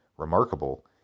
remarkable